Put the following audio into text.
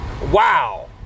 Wow